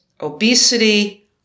obesity